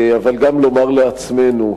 אבל גם לומר לעצמנו: